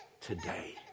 today